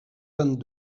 vingt